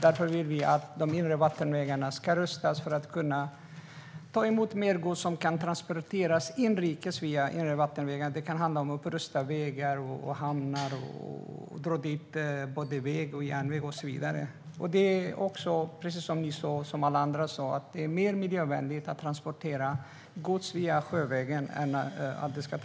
Därför vill vi att de inre vattenvägarna ska rustas för att mer gods ska kunna transporteras inrikes via inre vattenvägar. Det kan handla om att rusta vägar och hamnar och att dra dit både väg och järnväg och så vidare. Det är som sagt mer miljövänligt att transportera gods sjövägen än på väg.